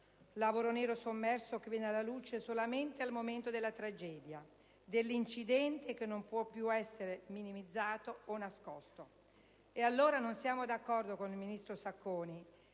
Lavoro nero sommerso che viene alla luce solamente nel momento della tragedia, dell'incidente che non può essere minimizzato o nascosto. E allora non siamo d'accordo con il ministro Sacconi: